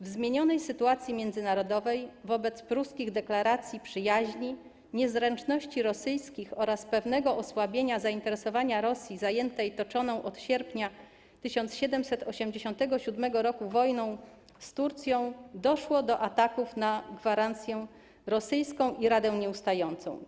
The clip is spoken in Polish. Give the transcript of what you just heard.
W zmienionej sytuacji międzynarodowej wobec pruskich deklaracji przyjaźni, niezręczności rosyjskich oraz pewnego osłabienia zainteresowania Rosji zajętej toczoną od sierpnia 1787 r. wojną z Turcją doszło do ataków na gwarancję rosyjską i radę nieustającą.